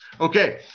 okay